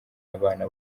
abana